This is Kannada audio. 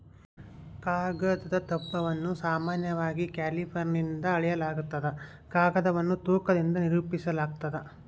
ಕಾಗದದ ದಪ್ಪವನ್ನು ಸಾಮಾನ್ಯವಾಗಿ ಕ್ಯಾಲಿಪರ್ನಿಂದ ಅಳೆಯಲಾಗ್ತದ ಕಾಗದವನ್ನು ತೂಕದಿಂದ ನಿರೂಪಿಸಾಲಾಗ್ತದ